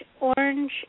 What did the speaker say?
orange